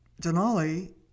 Denali